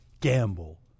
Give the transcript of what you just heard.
gamble